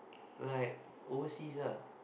like overseas lah